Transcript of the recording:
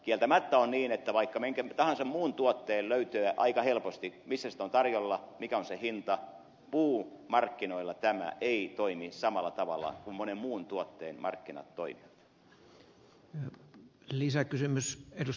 kieltämättä on niin että vaikka minkä tahansa muun tuotteen löytää aika helposti missä sitä on tarjolla mikä on se hinta niin puumarkkinoilla tämä ei toimi samalla tavalla kuin monen muun tuotteen markkinat toimivat